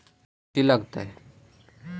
कौची लगतय?